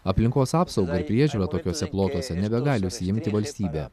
aplinkos apsaugą ir priežiūrą tokiuose plotuose nebegali užsiimti valstybė